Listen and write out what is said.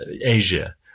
Asia